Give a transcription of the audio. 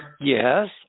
Yes